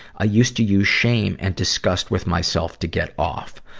i used to use shame and disgust with myself to get off.